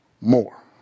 more